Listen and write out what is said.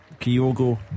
Kyogo